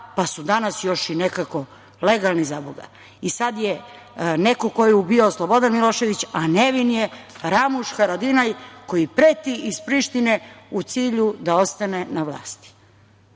pa su danas još i nekako legalni zaboga i sad je neko ko je ubijao Slobodan Milošević, a nevin je Ramuš Haradinaj koji preti iz Prištine u cilju da ostane na vlasti. Više